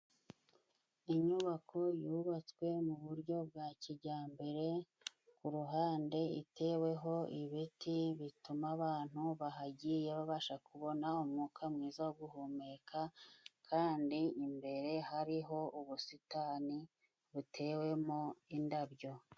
Inyubako yubatswe mu buryo bwa kijyambere ku ruhande iteweho ibiti bituma abantu bahagiye babasha kubona umwuka mwiza wo guhumeka kandi imbere hariho ubusitani butewemo indabyo.